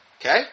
Okay